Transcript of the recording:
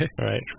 right